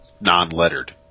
non-lettered